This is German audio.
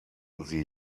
sie